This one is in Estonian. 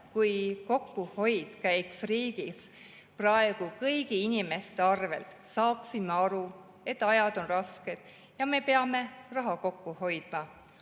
kui kokkuhoid käiks riigis praegu kõigi inimeste arvelt. Saaksime aru, et ajad on rasked ja me peame raha kokku hoidma,